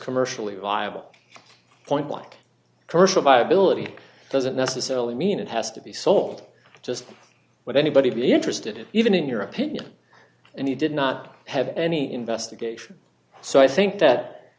commercially viable point like commercial viability doesn't necessarily mean it has to be sold just would anybody be interested even in your opinion and he did not have any investigation so i think that